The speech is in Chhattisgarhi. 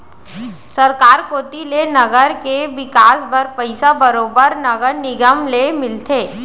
सरकार कोती ले नगर के बिकास बर पइसा बरोबर नगर निगम ल मिलथे